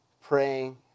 praying